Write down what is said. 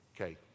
Okay